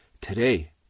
today